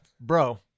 bro